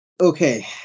Okay